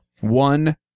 one